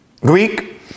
Greek